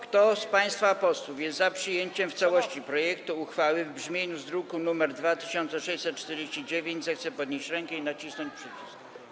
Kto z państwa posłów jest za przyjęciem w całości projektu uchwały w brzmieniu z druku nr 2649, zechce podnieść rękę i nacisnąć przycisk.